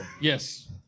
Yes